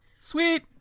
Sweet